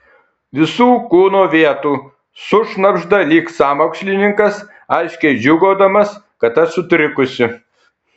visų kūno vietų sušnabžda lyg sąmokslininkas aiškiai džiūgaudamas kad aš sutrikusi